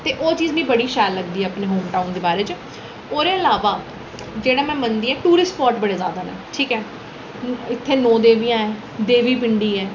ते ओह् चीज मिगी बड़ी शैल लगदी अपने होम टाउन दे बारे च ओह्दे अलावा जेह्ड़ा में मनदी आं टूरिस्ट स्पाट बड़े जैदा न ठीक ऐ इत्थै नौ देवियां ऐ देवी पिंडी ऐ